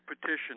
petition